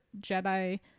Jedi